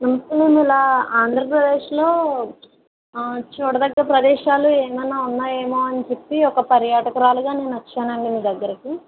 పంతొమ్మిదివందల ఆంధ్రప్రదేశ్లో చూడదగ్గ ప్రదేశాలు ఏమన్నా ఉన్నాయేమో అని చెప్పి ఒక పర్యాటకురాలుగా నేను వచ్చానండి మీ దగ్గరికి